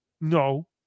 no